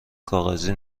کاغذی